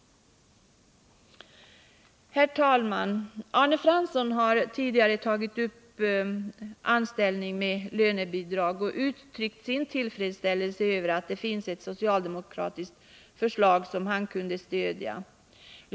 Herr talman! Arne Fransson har tidigare tagit upp frågan om anställning med lönebidrag och uttryckt sin tillfredsställelse över att det finns ett socialdemokratiskt förslag som han kan stödja.